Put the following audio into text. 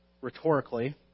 rhetorically